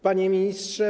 Panie Ministrze!